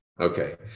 Okay